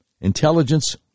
intelligence